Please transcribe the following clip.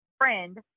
friend